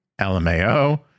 LMAO